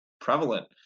prevalent